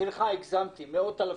סליחה, הגזמתי, מאות אלפים.